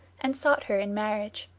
and sought her in marriage.